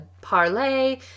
parlay